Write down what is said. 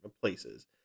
places